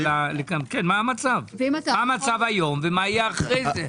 מה המצב היום ומה יהיה אחרי זה?